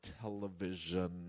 television